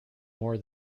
more